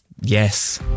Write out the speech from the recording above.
Yes